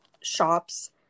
shops